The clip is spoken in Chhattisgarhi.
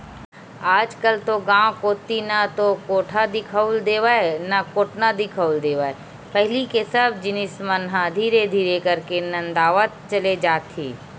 आजकल तो गांव कोती ना तो कोठा दिखउल देवय ना कोटना दिखउल देवय पहिली के सब जिनिस मन ह धीरे धीरे करके नंदावत चले जात हे